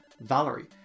Valerie